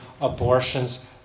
abortions